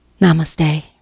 Namaste